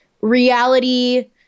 reality